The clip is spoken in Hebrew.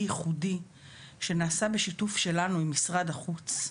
ייחודי שנעשה בשיתוף שלנו עם משרד החוץ,